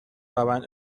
روند